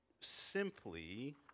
simply